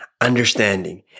understanding